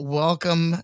welcome